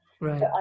Right